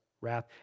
wrath